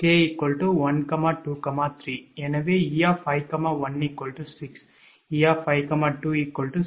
எனவே 𝑒 51 6 𝑒 52 7 𝑒 53 8